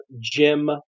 Jim